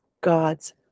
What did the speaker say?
God's